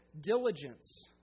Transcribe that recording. diligence